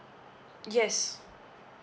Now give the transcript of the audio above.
yes